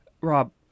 Rob